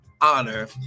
honor